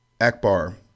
Akbar